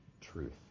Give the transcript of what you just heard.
truth